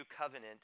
covenant